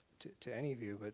to any of you, but